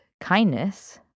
kindness